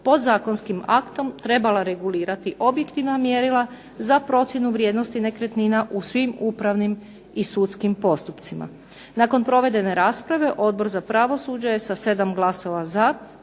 podzakonskim aktom trebala regulirati objektivna mjerila za procjenu vrijednosti nekretnina u svim upravnim i sudskim postupcima. Nakon provedene rasprave Odbor za pravosuđe je sa 7 glasova za